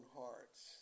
hearts